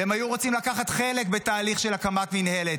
והם היו רוצים לקחת חלק בתהליך של הקמת מינהלת.